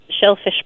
shellfish